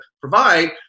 provide